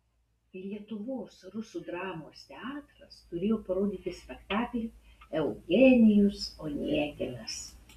lietuvos rusų dramos teatras turėjo parodyti spektaklį eugenijus oneginas